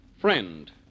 Friend